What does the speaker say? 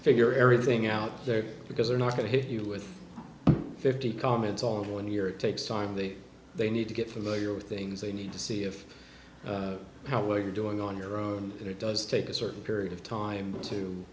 figure everything out there because they're not going to hit you with fifty comments all over and here it takes time that they need to get familiar with things they need to see if how well you're doing on your own and it does take a certain period of time to